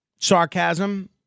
sarcasm